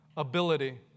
Ability